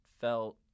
felt